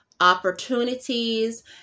opportunities